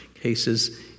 cases